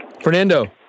Fernando